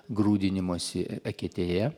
grūdinimosi eketėje